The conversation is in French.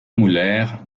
muller